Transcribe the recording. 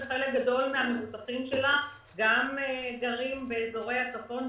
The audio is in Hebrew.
כשחלק גדול מהמבוטחים שלה גרים גם באזורי הצפון,